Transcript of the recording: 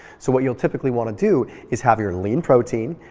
so what you'll typically want to do is have your lean protein,